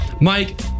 Mike